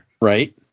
right